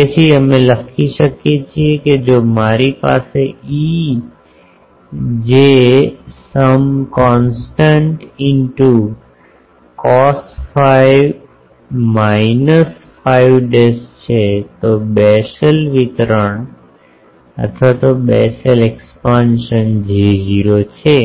તેથી અમે લખી શકીએ કે જો મારી પાસે e j some constant into cos phi minus phi dash છે તો બેસલ વિસ્તરણ J0 છે